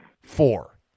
four